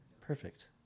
Perfect